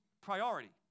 priority